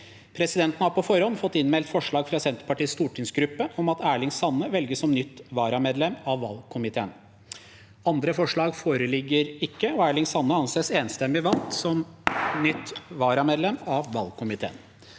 Presidenten har på forhånd fått innmeldt forslag fra Arbeiderpartiets stortingsgruppe om at Tove Elise Madland velges som nytt varamedlem i valgkomiteen. Andre forslag foreligger ikke. – Tove Elise Madland anses enstemmig valgt som nytt varamedlem i valgkomiteen.